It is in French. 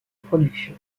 production